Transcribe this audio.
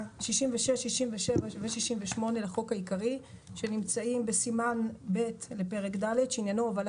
67 ו-68 לחוק העיקרי שנמצאים בסימן ב' לפרק ד' שעניינו הובלה